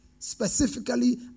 specifically